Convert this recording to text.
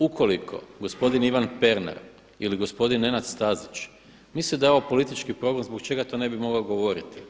Ukoliko gospodine Ivan Pernar ili gospodin Nenad Stazić misle da je ovo politički problem zbog čega to ne bi mogao govoriti?